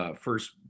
first